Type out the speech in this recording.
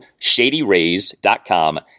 ShadyRays.com